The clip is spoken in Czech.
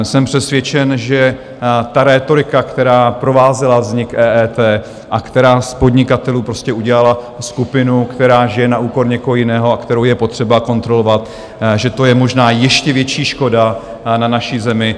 Jsem přesvědčen, že ta rétorika, která provázela vznik EET a která z podnikatelů prostě udělala skupinu, která žije na úkor někoho jiného a kterou je potřeba kontrolovat, že to je možná ještě větší škoda na naší zemi...